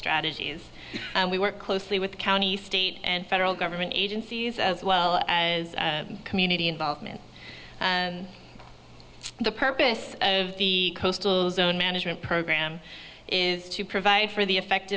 strategies and we work closely with county state and federal government agencies as well as community involvement the purpose of the coastal zone management program is to provide for the